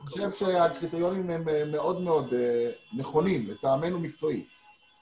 אני חושב שהקריטריונים לטעמנו מקצועית - הם מאוד נכונים.